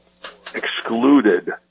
excluded